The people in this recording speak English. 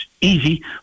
easy